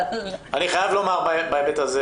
אני חייב לומר גם לך,